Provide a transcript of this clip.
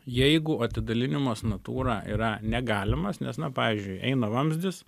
jeigu atidalinimas natūra yra negalimas nes na pavyzdžiui eina vamzdis